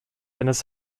eines